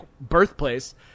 birthplace